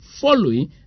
following